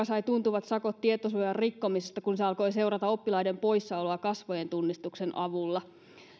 sai tuntuvat sakot tietosuojan rikkomisesta kun se alkoi seurata oppilaiden poissaoloa kasvojentunnistuksen avulla se